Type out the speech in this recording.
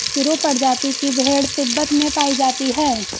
चिरु प्रजाति की भेड़ तिब्बत में पायी जाती है